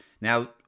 Now